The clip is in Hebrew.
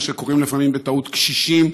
מה שקוראים לפעמים בטעות קשישים,